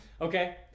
okay